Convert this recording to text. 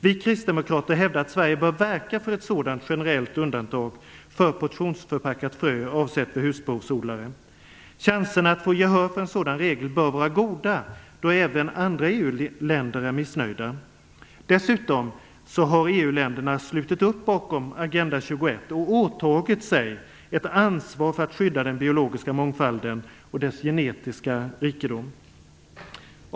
Vi kristdemokrater hävdar att Sverige bör verka för ett sådant generellt undantag för portionsförpackat frö avsett för husbehovsodlare. Chanserna för att få gehör för en sådan regel bör vara goda, då även andra EU-länder är missnöjda. Dessutom har EU-länderna slutit upp bakom Agenda 21 och åtagit sig ett ansvar för att skydda den biologiska mångfalden och dess genetiska rikedom.